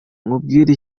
nkubwire